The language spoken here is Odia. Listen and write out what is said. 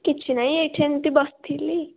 କିଛି ନାହିଁ ଏଇଠି ଏମିତି ବସିଥିଲି